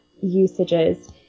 usages